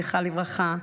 זכרה לברכה,